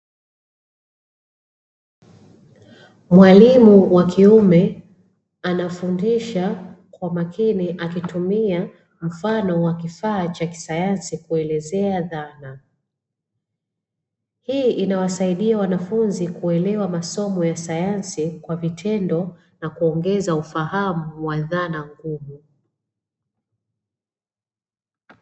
Mwalimu wa kiume anafundisha kwa makini akitumia mfano wa kifaa cha kisayansi kuelkezea dhana, hii inawasidia wanafunzi kuelewa masomo ya sayansi kwa vitendo na kuongeza ufahamu dhana ngumu.